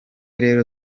rero